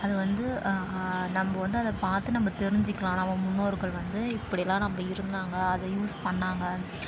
அது வந்து நம்ம வந்து அதை பார்த்து நம்ம தெரிஞ்சுக்கலாம் நம்ம முன்னோர்கள் வந்து இப்படியெலாம் நம்ம இருந்தாங்க அதை யூஸ் பண்ணிணாங்க